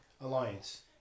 Alliance